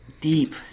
deep